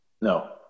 No